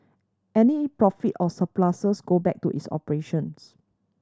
any profit or surpluses go back to its operations